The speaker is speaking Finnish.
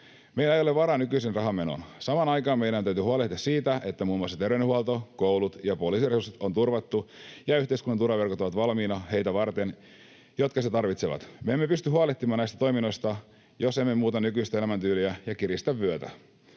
Meillä ei ole varaa nykyiseen rahanmenoon. Samaan aikaan meidän täytyy huolehtia siitä, että muun muassa terveydenhuollon, koulujen ja poliisin resurssit on turvattu ja yhteiskunnan turvaverkot ovat valmiina heitä varten, jotka sitä tarvitsevat. Me emme pysty huolehtimaan näistä toiminnoista, jos emme muuta nykyistä elämäntyyliä ja kiristä vyötä.